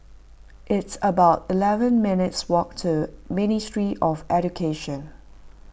it's about eleven minutes' walk to Ministry of Education